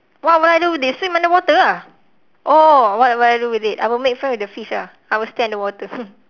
what will I do with it swim underwater ah oh what will I do with it I will make friend with the fish ah I will stay underwater